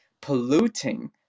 polluting